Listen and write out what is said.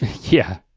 yeah,